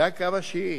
זה הקו השיעי.